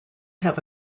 have